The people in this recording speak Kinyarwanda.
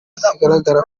zizagaragara